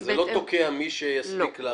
זה לא תוקע את מי שיספיק להכין.